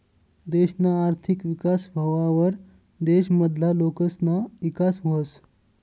देशना आर्थिक विकास व्हवावर देश मधला लोकसना ईकास व्हस